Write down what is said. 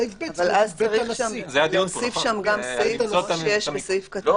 אבל צריך להוסיף שם גם סעיף שיש בסעיף (ג),